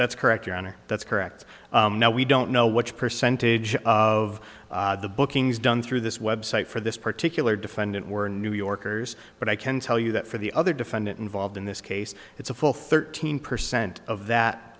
that's correct your honor that's correct we don't know what percentage of the bookings done through this website for this particular defendant were new yorkers but i can tell you that for the other defendant involved in this case it's a full thirteen percent of that